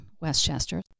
Westchester